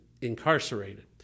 incarcerated